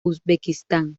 uzbekistán